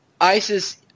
Isis